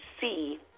see